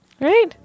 Right